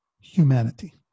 humanity